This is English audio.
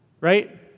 right